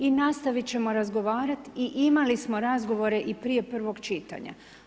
I nastavit ćemo razgovarat i imali smo razgovore i prije prvog čitanja.